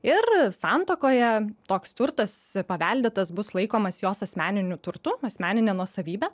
ir santuokoje toks turtas paveldėtas bus laikomas jos asmeniniu turtu asmenine nuosavybe